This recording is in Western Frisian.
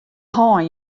hân